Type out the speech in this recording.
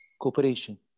cooperation